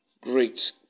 great